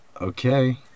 Okay